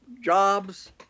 jobs